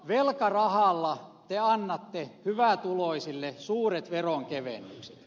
velkarahalla te annatte hyvätuloisille suuret veronkevennykset